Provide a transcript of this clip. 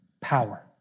power